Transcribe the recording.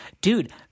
dude